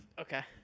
Okay